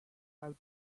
have